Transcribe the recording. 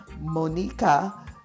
Monica